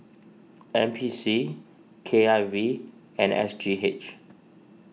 N P C K I V and S G H